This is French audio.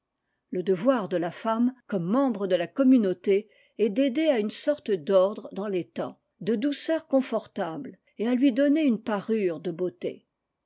le devoir de la femme comme membre de la communauté est d'aider à une sorte d'ordre dans l'etat de douceur confortable et à lui donner une parure de beauté